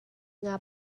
nga